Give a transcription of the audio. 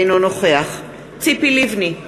אינו נוכח ציפי לבני,